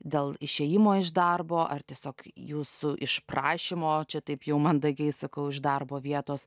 dėl išėjimo iš darbo ar tiesiog jūsų išprašymo čia taip jau mandagiai sakau iš darbo vietos